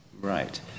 Right